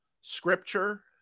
scripture